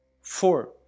Four